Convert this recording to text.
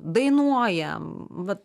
dainuojam vat